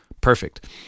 perfect